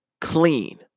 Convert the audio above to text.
clean